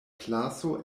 klaso